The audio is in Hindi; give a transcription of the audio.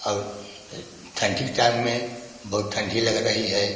और ठंडी के टाइम में बहुत ठंडी लग रही है